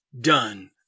done